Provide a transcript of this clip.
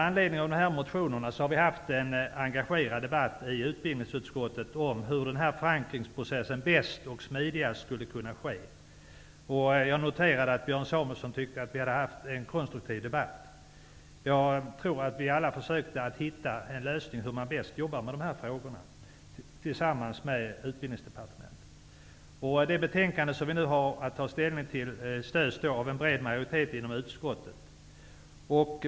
Vi har i utbildningsutskottet haft en engagerad debatt om hur denna förankringsprocess bäst och smidigast skulle kunna ske. Jag noterade att Björn Samuelson tyckte att vi hade haft en konstruktiv debatt. Jag tror att vi alla försökte hitta en lösning på hur man bäst jobbar med dessa frågor tillsammans med Utbildningsdepartementet. Det betänkande som vi nu har att ta ställning till stöds av en bred majoritet inom utskottet.